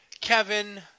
Kevin